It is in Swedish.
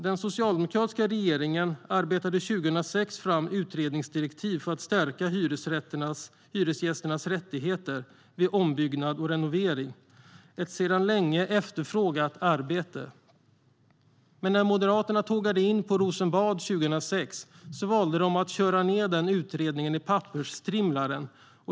Den socialdemokratiska regeringen arbetade 2006 fram utredningsdirektiv för att stärka hyresgästernas rättigheter vid ombyggnad och renovering. Det var ett sedan länge efterfrågat arbete. Men när Moderaterna tågade in på Rosenbad 2006 valde de att köra ned den utredningen i pappersstrimlaren.